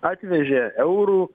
atvežė eurų